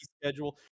schedule